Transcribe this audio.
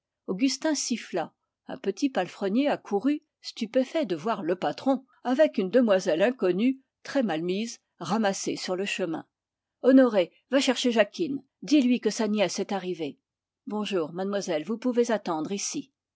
augustin siffla un petit palefrenier accourut stupéfait de voir le maître avec une demoiselle inconnue très mal mise ramassée sur le chemin honoré va chercher jacquine dis-lui que sa nièce est arrivée bonjour mademoiselle vous pouvez attendre ici